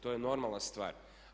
To je normalna stvar.